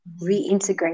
reintegrate